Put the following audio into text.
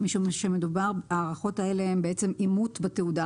ובלבד שמצא כי נערכו הבדיקות השנתיות ובדיקת הביניים.